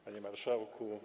Panie Marszałku!